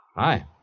Hi